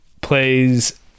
plays